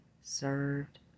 served